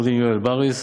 עורך-דין יואל בריס,